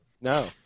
no